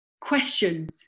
question